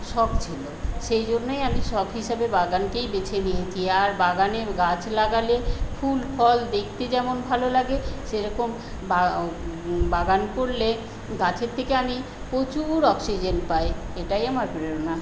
শখ ছিল সেইজন্যই আমি শখ হিসাবে বাগানকেই বেছে নিয়েছি আর বাগানে গাছ লাগালে ফুল ফল দেখতে যেমন ভালো লাগে সেরকম বাগান করলে গাছের থেকে আমি প্রচুর অক্সিজেন পাই এটাই আমার প্রেরণা